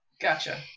Gotcha